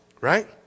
Right